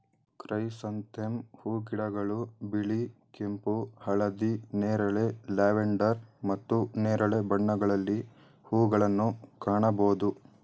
chrysanthemum ಹೂಗಿಡಗಳು ಬಿಳಿ, ಕೆಂಪು, ಹಳದಿ, ನೇರಳೆ, ಲ್ಯಾವೆಂಡರ್ ಮತ್ತು ನೇರಳೆ ಬಣ್ಣಗಳಲ್ಲಿ ಹೂಗಳನ್ನು ಕಾಣಬೋದು